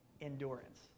endurance